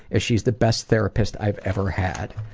as she's the best therapist i've ever had.